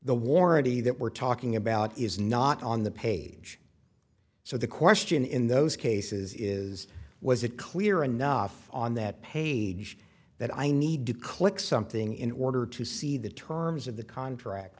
the warranty that we're talking about is not on the page so the question in those cases is was it clear enough on that page that i need to click something in order to see the terms of the contract